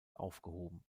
aufgehoben